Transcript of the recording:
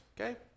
Okay